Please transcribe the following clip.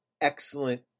excellent